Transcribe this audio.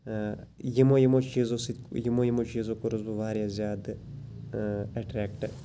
یِمو یِمو چیٖزو سۭتۍ یِمو یِمو چیٖزو کوٚرُس بہٕ واریاہ زیادٕ اٹریٚکٹ